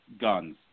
guns